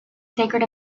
sacred